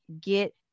get